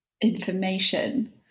information